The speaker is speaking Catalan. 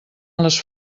les